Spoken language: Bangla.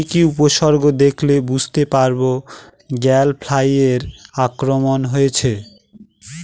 কি কি উপসর্গ দেখলে বুঝতে পারব গ্যাল ফ্লাইয়ের আক্রমণ হয়েছে?